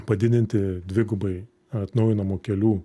padidinti dvigubai atnaujinamų kelių